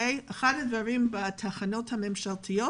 בתחנות הממשלתיות